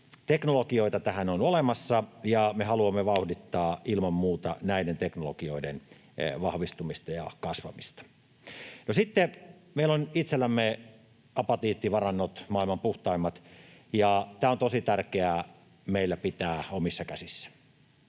teknologioita tähän on olemassa, ja me haluamme vauhdittaa ilman muuta näiden teknologioiden vahvistumista ja kasvamista. No sitten meillä on itsellämme apatiittivarannot maailman puhtaimmat, ja tämä on tosi tärkeää meillä pitää omissa käsissä.